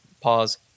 pause